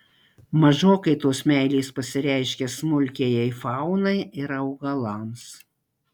mažokai tos meilės pasireiškia smulkiajai faunai ir augalams